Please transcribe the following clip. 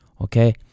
Okay